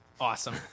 Awesome